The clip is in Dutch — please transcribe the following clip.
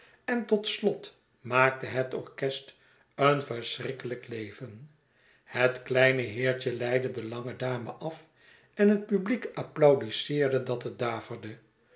en tot slot maakte het orchest een verschrikkelijk leven het kleine heertje leidde de lange dame af en het publiek applaudiseerde dat het daverde